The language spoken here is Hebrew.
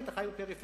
אם אתה חי בפריפריה,